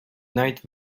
night